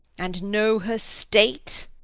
and know her state!